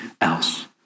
else